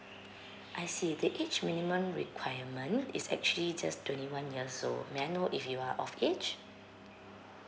I see the age minimum requirement is actually just twenty one years old may I know if you are of age